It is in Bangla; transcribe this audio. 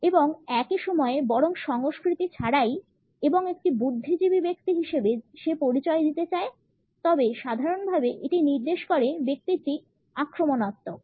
এবং একই সময়ে বরং সংস্কৃতি ছাড়াই এবং একটি বুদ্ধিজীবী ব্যক্তি হিসাবে সে পরিচয় দিতে চায় তবে সাধাণভাবে এটি নির্দেশ করে ব্যক্তিটি আক্রমণাত্মক